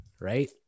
Right